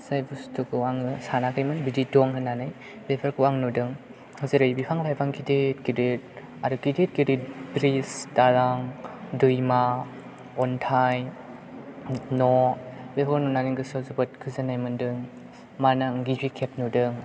जाय बुस्थुखौ आङो सानाखैमोन बिदि दं होननानै बेफोरखौ आं नुदों जेरै बिफां लाइफां गिदिर गिदिर आरो गिदिर गिदिर ब्रिज दालां दैमा अन्थाय न' बेफोरखौ नुनानै गोसोआव जोबोद गोजोननाय मोनदों मानोना आं गिबि खेब नुदों